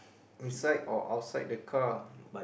inside or outside the car